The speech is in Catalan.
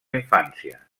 infància